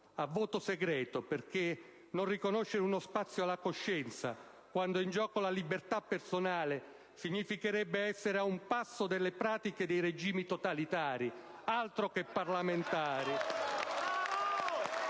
a voto segreto, perché non riconoscere uno spazio alla coscienza quando è in gioco la libertà personale significherebbe essere a un passo dalle pratiche dei regimi totalitari *(Applausi